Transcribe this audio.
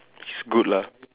it's good lah